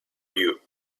you